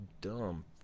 dumb